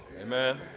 Amen